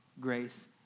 grace